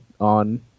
on